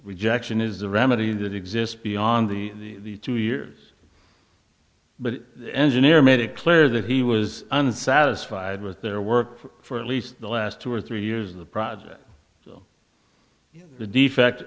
rejection is a remedy that exists beyond the two years but the engineer made it clear that he was unsatisfied with their work for at least the last two or three years of the project so the defect